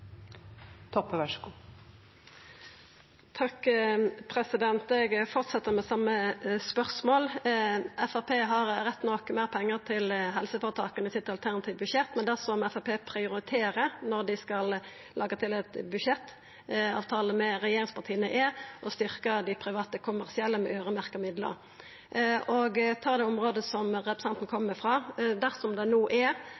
Eg fortset med same spørsmål. Framstegspartiet har rett nok meir pengar til helsefortaka i det alternative budsjettet sitt, men det Framstegspartiet prioriterer når dei skal laga ein budsjettavtale med regjeringspartia, er å styrkja dei private, kommersielle med øyremerkte midlar. Ta det området som representanten kjem frå: Dersom det no er,